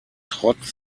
trotz